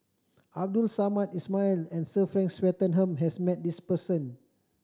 Abdul Samad Ismail and Sir Frank Swettenham has met this person